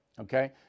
Okay